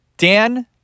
Dan